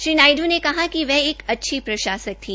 श्री नायडू ने कहा कि वह एक अच्छी प्रशासक थी